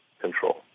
control